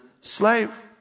slave